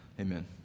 amen